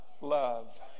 love